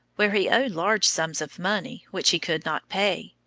where he owed large sums of money which he could not pay.